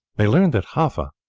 they learned that haffa,